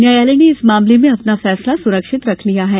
न्यायालय ने इस मामले में अपना फैसला सुरक्षित रख लिया है